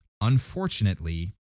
unfortunately